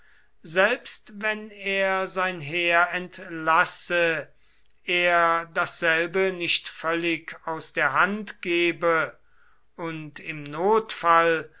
selbst wenn er sein heer entlasse er dasselbe nicht völlig aus der hand gebe und im notfall